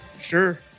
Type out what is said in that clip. Sure